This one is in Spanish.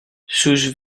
sus